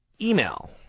Email